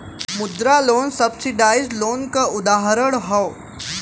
मुद्रा loan subsidise loan क उदाहरण हौ